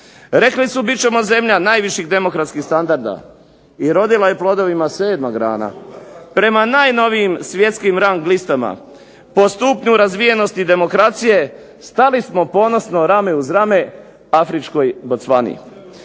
Rekli su bit ćemo zemlja najviših demokratskih standarda. I rodila je plodovima sedma grana. Prema najnovijim svjetskim rang listama po stupnju razvijenosti demokracije stali smo ponosno rame uz rame afričkoj Bocvani.